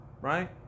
right